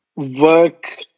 Work